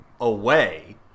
away